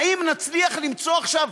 האם נצליח למצוא עכשיו,